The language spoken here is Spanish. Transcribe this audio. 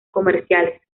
comerciales